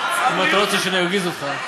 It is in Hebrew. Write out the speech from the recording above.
אם אתה לא רוצה שאני ארגיז אותך,